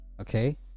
Okay